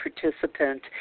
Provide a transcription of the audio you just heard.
participant